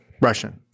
Russian